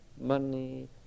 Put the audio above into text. money